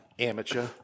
Amateur